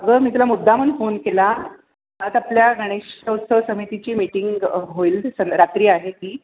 अगं मी तुला मुद्दामहून फोन केला आज आपल्या गणेशोत्सव समितीची मीटिंग होईल सं रात्री आहे ती